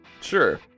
Sure